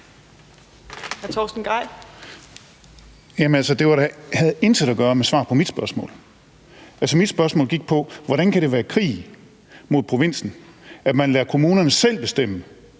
Det havde intet at gøre med et svar på mit spørgsmål. Mit spørgsmål gik på, hvordan det kan være krig mod provinsen, at man lader kommunerne selv bestemme,